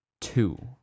two